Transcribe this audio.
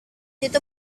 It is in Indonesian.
itu